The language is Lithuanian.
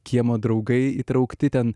kiemo draugai įtraukti ten